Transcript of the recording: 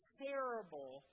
terrible